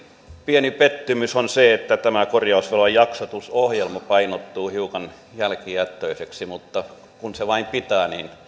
pieni pettymys on se että tämä kor jausvelan jaksotusohjelma painottuu hiukan jälkijättöiseksi mutta kun se vain pitää niin